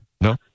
No